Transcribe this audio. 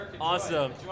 Awesome